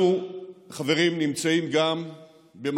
אנחנו, חברים, נמצאים גם במגפה